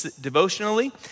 devotionally